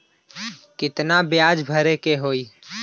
कितना ब्याज भरे के होई?